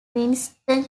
winston